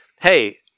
hey